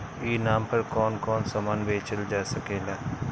ई नाम पर कौन कौन समान बेचल जा सकेला?